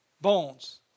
Bones